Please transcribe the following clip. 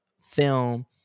film